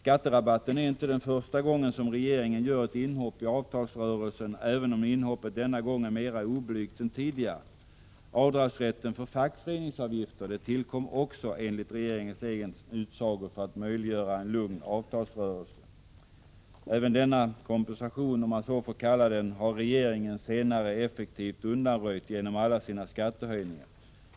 Det är inte första gången regeringen gör ett inhopp i avtalsrörelsen, även om inhoppet denna gång i form av skatterabatt är mera oblygt än tidigare. Rätten till avdrag för fackföreningsavgifter tillkom också enligt regeringens egen utsago för att möjliggöra en lugn avtalsrörelse. Även denna kompensation — om man så får kalla den — har regeringen senare effektivt undanröjt genom alla sina skattehöjningar.